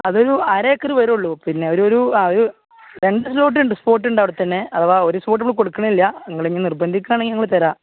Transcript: അതൊരു അര ഏക്കർ വരികയുള്ളൂ പിന്നെ ഒരു ഒരു രണ്ട് സ്ലോട്ട് ഉണ്ട് സ്പോട്ട് ഉണ്ട് അവിടെത്തന്നെ അഥവാ ഒരു സ്പോട്ട് നമ്മൾ കൊടുക്കുന്നില്ല നിങ്ങൾ ഇനി നിർബന്ധിക്കുകയാണെങ്കിൽ ഞങ്ങൾ തരാം